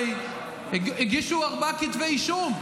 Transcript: הרי הגישו ארבעה כתבי אישום.